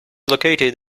located